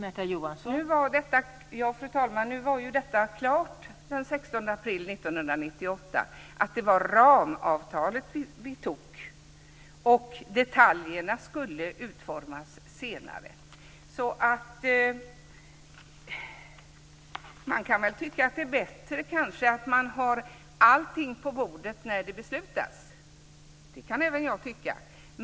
Fru talman! Det var klart den 16 april 1998 att det var ramavtalet vi tog. Detaljerna skulle utformas senare. Man kan kanske tycka att det är bättre att ha allting på bordet när man fattar beslut. Det kan även jag tycka.